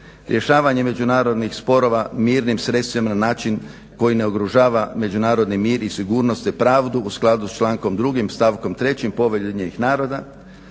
rješavanje međunarodnih sporova mirnim sredstvima na način koji ne ugrožava međunarodni mir i sigurnost te pravdu u skladu sa člankom 2.stavkom 3. Povelje UN-a